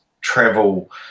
travel